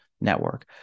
network